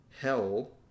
hell